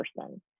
person